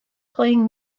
playing